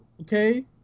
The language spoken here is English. okay